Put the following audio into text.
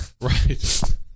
Right